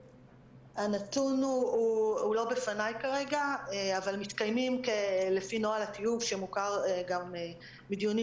הנתון לא בפניי כרגע אבל מתקיימים - לפי נוהל הטיוב שמוכר גם מדיונים